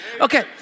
Okay